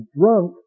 drunk